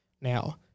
now